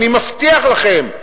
אני מבטיח לכם,